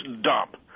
dump